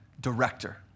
Director